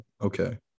okay